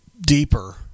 deeper